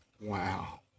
Wow